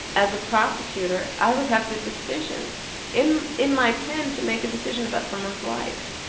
as a prosecutor, i would have the decision in in my pen to make a decision about someone's life.